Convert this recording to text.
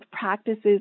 practices